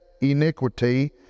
iniquity